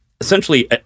Essentially